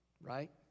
Right